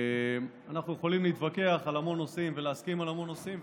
אנחנו יכולים להתווכח על המון נושאים ולהסכים על המון נושאים,